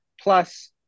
plus